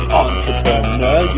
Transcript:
entrepreneur